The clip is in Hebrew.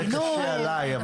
זה קשה לי,